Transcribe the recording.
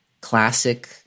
classic